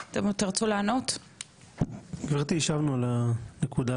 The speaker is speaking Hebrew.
השבנו על הנקודה הזאת בישיבות הקודמות שגברתי ניהלה,